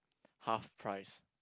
half price